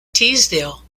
teesdale